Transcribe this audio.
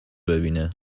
ببینه